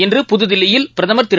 இன்று புதுதில்லியில் பிரதம் திரு